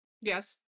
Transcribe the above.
Yes